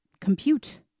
compute